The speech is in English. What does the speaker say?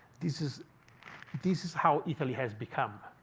this is this is how italy has become.